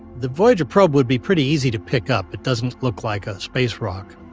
the voyager probe would be pretty easy to pick up. it doesn't look like a space rock.